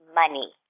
money